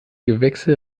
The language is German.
gewächse